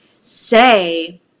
say